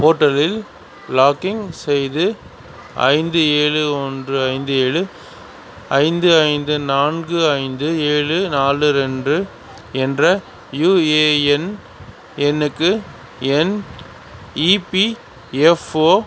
போர்ட்டலில் லாக்கின் செய்து ஐந்து ஏழு ஒன்று ஐந்து ஏழு ஐந்து ஐந்து நான்கு ஐந்து ஏழு நாலு ரெண்டு என்ற யுஏஎன் எண்ணுக்கு எண் இபிஎஃப்ஓ